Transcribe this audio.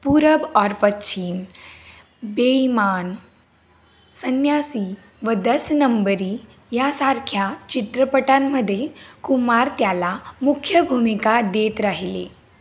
पूरब और पश्चिम बेइमान संन्यासी व दस नंबरी यासारख्या चित्रपटांमध्ये कुमार त्याला मुख्य भूमिका देत राहिले